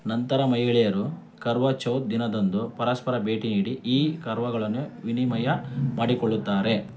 ನಂತರ ಮಹಿಳೆಯರು ಕರ್ವಾ ಚೌತ್ ದಿನದಂದು ಪರಸ್ಪರ ಭೇಟಿ ನೀಡಿ ಈ ಕರ್ವಗಳನ್ನು ವಿನಿಮಯ ಮಾಡಿಕೊಳ್ಳುತ್ತಾರೆ